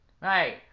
right